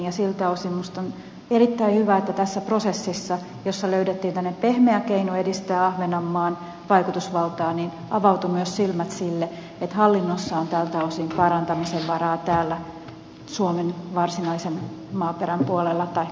siltä osin minusta on erittäin hyvä että tässä prosessissa jossa löydettiin tämmöinen pehmeä keino edistää ahvenanmaan vaikutusvaltaa avautuivat myös silmät sille että hallinnossa on tältä osin parantamisen varaa täällä suomen varsinaisen maaperän puolella tai